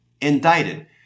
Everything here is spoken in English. indicted